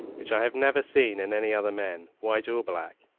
which i have never seen in any other men, white or black.